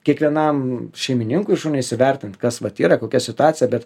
kiekvienam šeimininkui šunį įsivertint kas vat yra kokia situacija bet